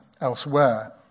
elsewhere